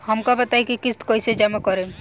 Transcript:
हम का बताई की किस्त कईसे जमा करेम?